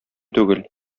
түгел